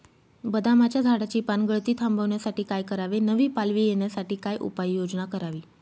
बदामाच्या झाडाची पानगळती थांबवण्यासाठी काय करावे? नवी पालवी येण्यासाठी काय उपाययोजना करावी?